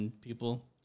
people